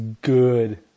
good